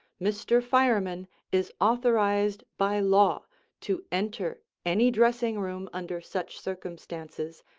mr. fireman is authorized by law to enter any dressing room under such circumstances,